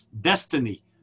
destiny